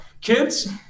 kids